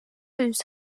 toes